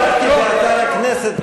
בדקתי באתר הכנסת,